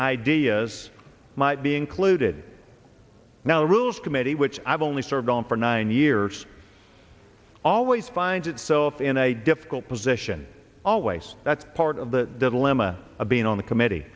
ideas might be included now the rules committee which i've only served on for nine years always finds itself in a difficult position always that's part of the dilemma of being on the committee